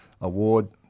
award